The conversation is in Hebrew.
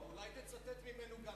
אולי תצטט ממנו גם,